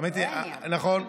האמת היא, נכון.